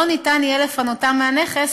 לא יהיה אפשר לפנותם מהנכס,